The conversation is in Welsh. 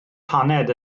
paned